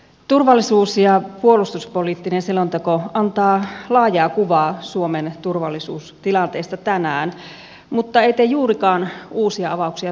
turvallisuus ja puolustuspoliittinen selonteko antaa laajaa kuvaa suomen turvallisuustilanteesta tänään mutta ei tee juurikaan uusia avauksia tulevaan